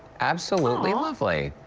absolutely lovely.